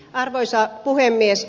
arvoisa puhemies